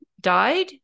died